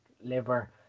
liver